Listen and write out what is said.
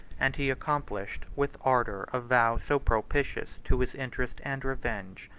and he accomplished with ardor a vow so propitious to his interest and revenge.